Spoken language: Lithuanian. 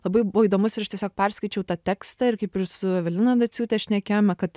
labai buvo įdomus ir aš tiesiog perskaičiau tą tekstą ir kaip ir su evelina daciūte šnekėjome kad